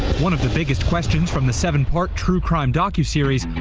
one of the biggest questions from the seven part true crime docu series.